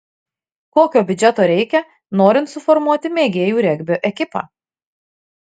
kokio biudžeto reikia norint suformuoti mėgėjų regbio ekipą